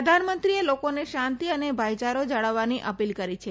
પ્રધાનમંત્રીએ લોકોને શાંતિ અને ભાઇચારો જાળવવાની અપીલ કરી છે